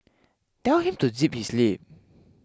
tell him to zip his lip